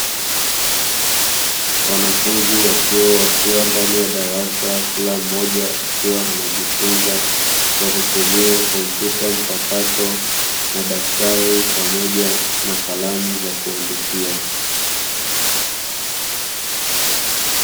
Wanafunzi wa chuo wakiwa ndani ya darasa, kila mmoja akiwa anajifunza kwa kutumia kompyuta mpakato, madaftari pamoja na kalamu za kuandikia.